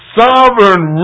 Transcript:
sovereign